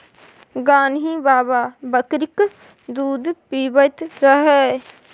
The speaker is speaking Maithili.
गान्ही बाबा बकरीक दूध पीबैत रहय